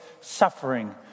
suffering